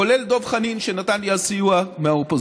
כולל דב חנין, שנתן לי אז סיוע מהאופוזיציה.